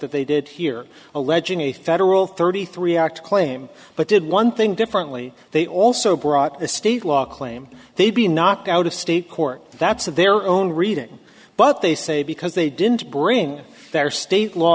that they did here alleging a federal thirty three act claim but did one thing differently they also brought a state law claim they'd be knocked out of state court that's of their own reading but they say because they didn't bring their state law